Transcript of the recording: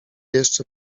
jeszcze